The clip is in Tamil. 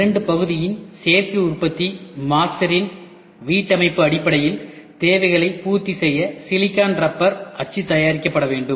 இரண்டு பகுதியின் சேர்க்கை உற்பத்தி மாஸ்டரின் வீட்டமைப்பு அடிப்படையில் தேவைகளைப் பூர்த்தி செய்ய சிலிக்கான் ரப்பர் அச்சு தயாரிக்கப்பட வேண்டும்